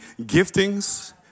giftings